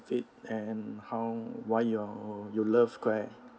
and how why you're you love